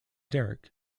derrick